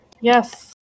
yes